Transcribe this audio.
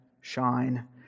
shine